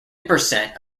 percent